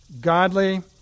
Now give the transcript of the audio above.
Godly